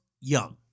young